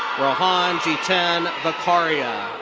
rohan jiten vakharia.